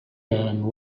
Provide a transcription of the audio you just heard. dan